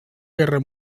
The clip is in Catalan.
guerra